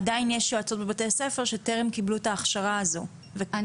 עדיין יש יועצות בבתי הספר שטרם קיבלו את ההכשרה הזו ומה המספר שלהן.